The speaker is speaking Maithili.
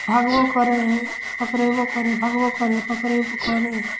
भागबो करै हइ पकड़ैबो करै हइ भागबो करै हइ पकड़ैबो करै हइ